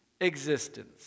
existence